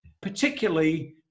particularly